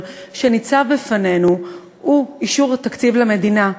שניצב בפנינו הוא אישור תקציב למדינה.